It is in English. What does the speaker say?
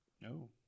No